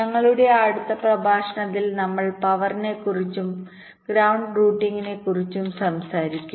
ഞങ്ങളുടെ അടുത്ത പ്രഭാഷണത്തിൽ നമ്മൾപവർ നെ കുറിച്ചും ഗ്രൌണ്ട് റൂട്ടിംഗിനെക്കുറിച്ചുംസംസാരിക്കും